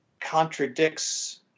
contradicts